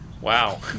Wow